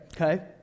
okay